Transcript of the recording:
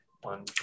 one